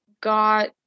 got